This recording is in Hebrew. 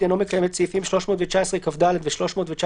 אינו מקיים את סעיפים 319כד ו־319כב(ב),